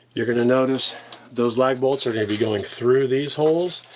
you're gonna notice those lag bolts are gonna be going through these holes.